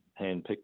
handpicked